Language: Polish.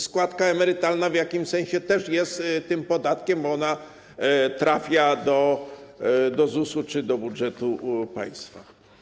Składka emerytalna w jakimś sensie też jest tym podatkiem, bo ona trafia do ZUS-u czy do budżetu państwa.